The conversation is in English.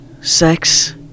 Sex